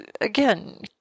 again